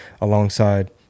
alongside